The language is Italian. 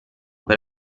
per